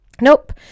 Nope